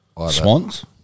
Swans